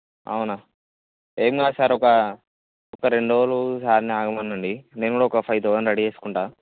అవునా ఏమి కాదు సార్ ఒక ఒక రెండు రోజులు సార్ని ఆగమనండి నేను కూడా ఒక ఫైవ్ థౌసండ్ రెడీ చేసుకుంటాను